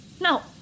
No